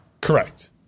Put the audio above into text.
Correct